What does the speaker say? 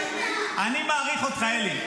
אני מעריך אותך, אלי.